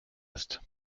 ist